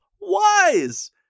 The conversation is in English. Wise